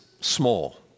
small